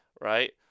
right